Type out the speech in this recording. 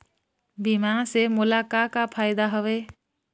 बीमा से मोला का का फायदा हवए?